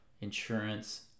insurance